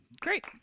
great